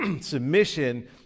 submission